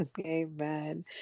Amen